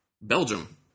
Belgium